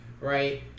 right